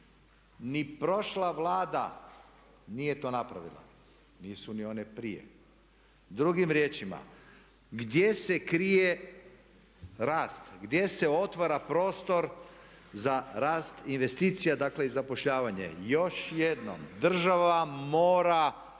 Ni prošla Vlada nije to napravila, nisu ni one prije. Drugim riječima gdje se krije rast, gdje se otvara prostor za rast investicija, dakle i zapošljavanje. Još jednom, država mora